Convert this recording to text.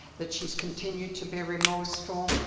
that she has continued to be remorseful,